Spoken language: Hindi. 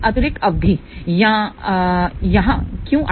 यह अतिरिक्त अवधि यहाँ क्यों आई है